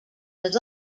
was